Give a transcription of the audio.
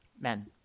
Men